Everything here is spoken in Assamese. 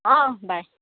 অঁ বাই